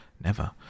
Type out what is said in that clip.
Never